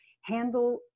handle